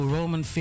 Roman